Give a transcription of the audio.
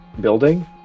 building